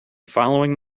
following